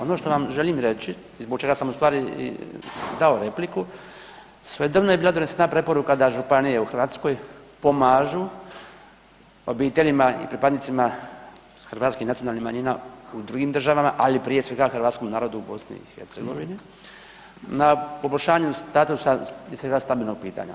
Ono što vam želim reći i zbog čega sam ustvari dao repliku, svojedobno je bila donesena preporuka da županije u Hrvatskoj pomažu obiteljima i pripadnicima hrvatskih nacionalnih manjina u drugim državama ali prije svega hrvatskom narodu u BiH-u na poboljšanju statusa i prije svega stambenog pitanja.